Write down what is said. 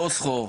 סחור-סחור,